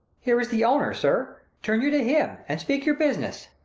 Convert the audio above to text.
here is the owner, sir turn you to him, and speak your business.